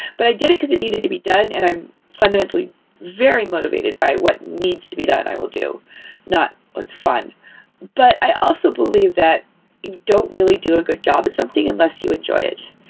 but i did it because it needed to be done and i'm fundamentally very motivated by what needs to be done. i will do not what's fun but i also believe that you don't really do a good job at something, unless you enjoy it.